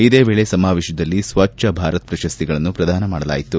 ಇದೇ ವೇಳೆ ಸಮಾವೇಶದಲ್ಲಿ ಸ್ವಚ್ದ ಭಾರತ್ ಪ್ರಶಸ್ತಿಗಳನ್ನು ಪ್ರದಾನ ಮಾಡಲಾಯಿತು